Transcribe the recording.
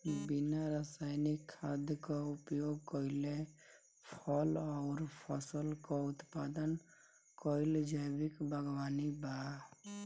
बिना रासायनिक खाद क उपयोग कइले फल अउर फसल क उत्पादन कइल जैविक बागवानी बा